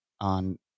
on